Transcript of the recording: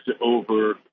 over